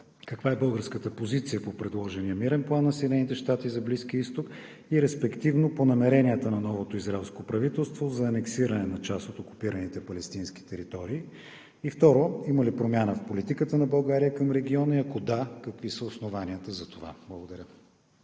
каква е българската позиция по предложения мирен план на Съединените щати за Близкия изток и респективно по намеренията на новото израелско правителство за анексиране на част от окупираните палестински територии? Второ, има ли промяна в политиката на България към региона и ако да – какви са основанията за това? Благодаря